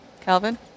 Calvin